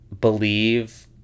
believe